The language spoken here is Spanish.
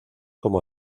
como